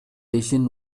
ишин